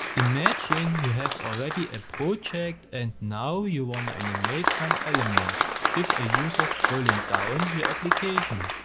imagine you have already a project and now you wanna animate some elements if a user scrolling down your application.